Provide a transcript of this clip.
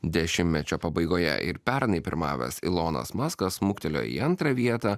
dešimtmečio pabaigoje ir pernai pirmavęs ilonas maskas smuktelėjo į antrą vietą